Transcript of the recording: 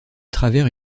travers